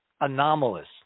anomalous